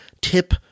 tip